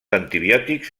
antibiòtics